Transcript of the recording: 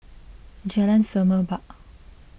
Jalan Semerbak